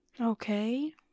Okay